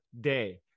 day